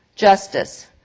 Justice